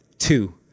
two